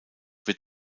wird